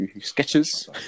sketches